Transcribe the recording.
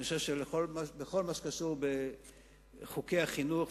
אני חושב שבכל הקשור בחוקי החינוך,